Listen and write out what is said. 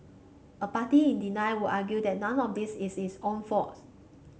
a party in denial would argue that none of this is its own fault